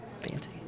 Fancy